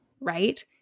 right